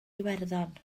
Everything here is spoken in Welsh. iwerddon